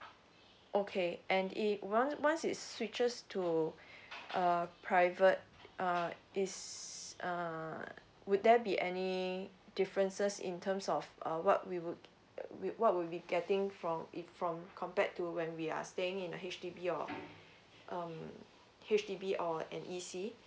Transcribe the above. okay and it once once it switches to uh private uh is uh would there be any differences in terms of uh what we would what would be getting from it from compared to when we are staying in a H_D_B or um H_D_B or like an E_C